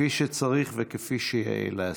כפי שצריך וכפי שיאה לעשות.